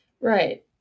Right